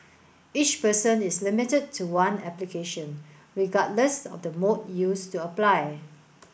each person is limited to one application regardless of the mode used to apply